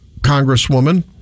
Congresswoman